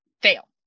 fail